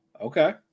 Okay